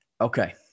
Okay